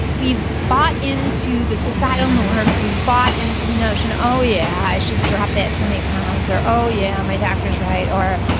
we've bought into the societal norms, we've bought into the notion, oh yeah, i should drop that twenty pounds, or, oh yeah, my doctor's right, or,